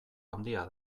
handia